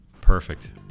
Perfect